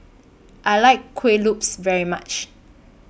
I like Kuih Lopes very much